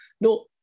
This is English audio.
No